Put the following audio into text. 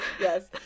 yes